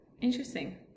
Interesting